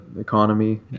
economy